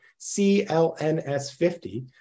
CLNS50